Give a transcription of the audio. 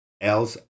else